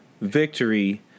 victory